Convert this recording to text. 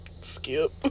Skip